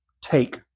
take